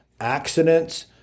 accidents